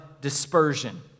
dispersion